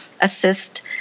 assist